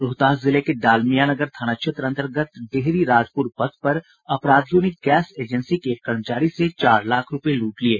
रोहतास जिले के डालमियानगर थाना क्षेत्र अंतर्गत डेहरी राजपुर पथ पर अपराधियों ने गैस एजेंसी के एक कर्मचारी से चार लाख रूपये लूट लिये